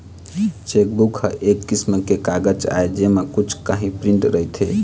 chequebook ह एक किसम के कागज आय जेमा कुछ काही प्रिंट रहिथे